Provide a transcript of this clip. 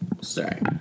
Sorry